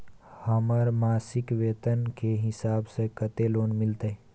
हमर मासिक वेतन के हिसाब स कत्ते लोन मिलते?